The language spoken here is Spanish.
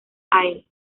aires